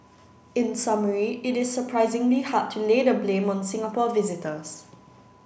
in summary it is surprisingly hard to lay the blame on Singapore visitors